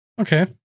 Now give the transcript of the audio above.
Okay